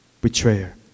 betrayer